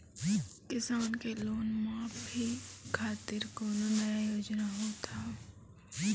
किसान के लोन माफी खातिर कोनो नया योजना होत हाव?